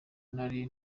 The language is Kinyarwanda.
nari